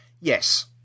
yes